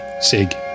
Sig